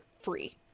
free